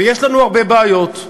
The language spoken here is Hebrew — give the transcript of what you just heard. ויש לנו הרבה בעיות.